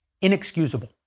inexcusable